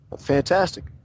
fantastic